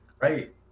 Right